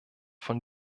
von